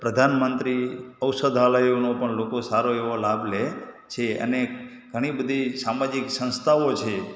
પ્રધાનમંત્રી ઔષધાલયોનો પણ લોકો સારો એવો લાભ લે છે અને ઘણી બધી સામાજિક સંસ્થાઓ છે